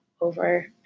over